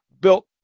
built